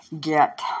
get